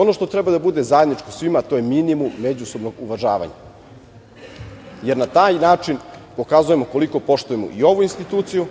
Ono što treba da bude zajedničko svima, to je minimum međusobnog uvažavanja jer na taj način pokazujemo koliko poštujemo i ovu instituciju